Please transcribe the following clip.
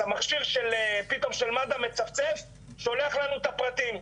אז המכשיר פתאום של מד"א מצפצף שולח לנו את הפרטים,